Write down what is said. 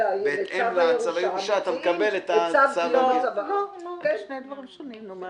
זה שני דברים שונים.